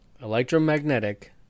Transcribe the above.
electromagnetic